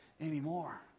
anymore